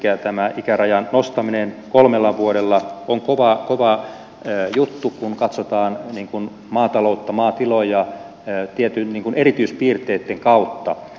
elikkä tämä ikärajan nostaminen kolmella vuodella on kova juttu kun katsotaan maatiloja tiettyjen erityispiirteitten kautta